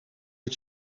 het